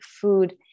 food